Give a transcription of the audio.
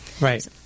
Right